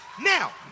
Now